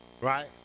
right